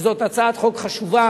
שזאת הצעת חוק חשובה,